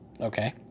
Okay